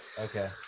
Okay